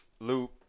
loop